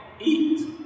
eat